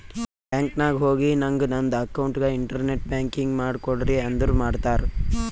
bank ನಾಗ್ ಹೋಗಿ ನಂಗ್ ನಂದ ಅಕೌಂಟ್ಗ ಇಂಟರ್ನೆಟ್ ಬ್ಯಾಂಕಿಂಗ್ ಮಾಡ್ ಕೊಡ್ರಿ ಅಂದುರ್ ಮಾಡ್ತಾರ್